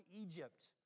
Egypt